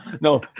No